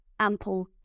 ample